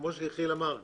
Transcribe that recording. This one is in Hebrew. כפי שיחיאל אמר,